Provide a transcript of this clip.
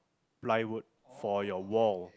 plywood for your wall